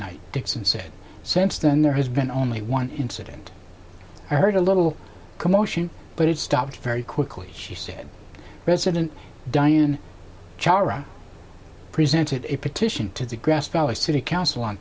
night dixon said since then there has been only one incident i heard a little commotion but it stopped very quickly she said resident diane chara presented a petition to the grass valley city council on